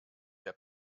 der